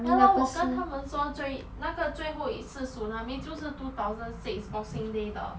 ya lor 我跟他们说最那个最后一次 tsunami 就是 two thousand six boxing day 的